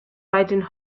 riding